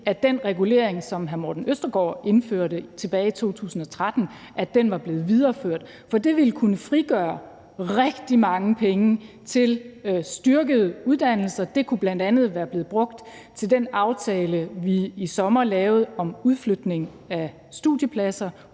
at den regulering, som hr. Morten Østergaard indførte tilbage i 2013, var blevet videreført, for det havde kunnet frigøre rigtig mange penge til styrkede uddannelser. De kunne bl.a. være blevet brugt til den aftale, vi i sommer lavede om udflytning af studiepladser